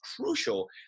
crucial